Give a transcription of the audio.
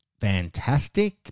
fantastic